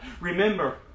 Remember